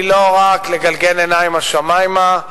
היא לא רק לגלגל עיניים השמימה,